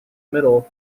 middle